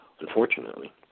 unfortunately